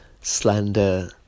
slander